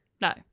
No